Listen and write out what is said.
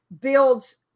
builds